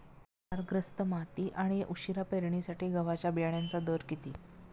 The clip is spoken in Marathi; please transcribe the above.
क्षारग्रस्त माती आणि उशिरा पेरणीसाठी गव्हाच्या बियाण्यांचा दर किती?